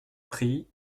prie